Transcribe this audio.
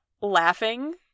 laughing